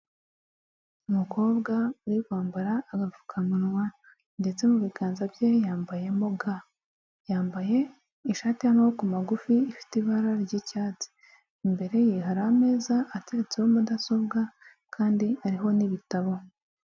Umukobwa uri kwambara agapfuka munwa ndetse mu biganza bye yambayemo ga, yambaye ishati y'amaboko magufi ifite ibara ry'icyatsi imbere ye hari ameza ateretseho mudasobwa kandi ariho n'ibitabo.